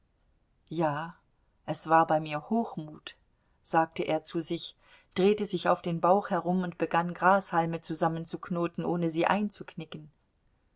ja es war bei mir hochmut sagte er zu sich drehte sich auf den bauch herum und begann grashalme zusammenzuknoten ohne sie einzuknicken